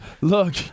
Look